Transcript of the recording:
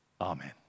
Amen